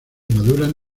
maduran